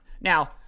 Now